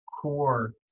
core